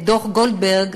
דוח גולדברג,